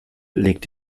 legt